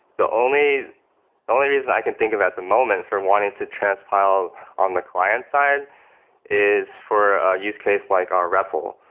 the only the only reason i can think of at the moment for wanting to transpile on the client side is for a use case, like our repl. um